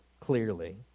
clearly